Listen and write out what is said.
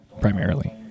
Primarily